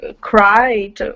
cried